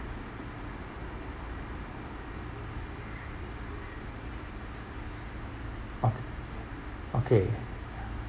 okay okay